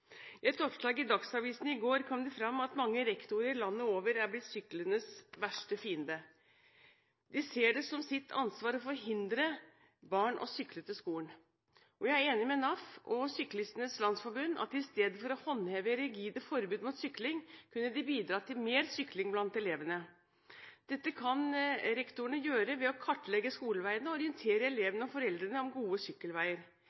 I et oppslag i Dagsavisen i går kom det fram at mange rektorer landet over er blitt sykkelens verste fiende. De ser det som sitt ansvar å forhindre barn å sykle til skolen. Jeg er enig med NAF og syklistenes landsforbund i at i stedet for å håndheve rigide forbud mot sykling, kunne de bidra til mer sykling blant elevene. Dette kan rektorene gjøre ved å kartlegge skoleveiene og orientere elevene og foreldrene om gode sykkelveier.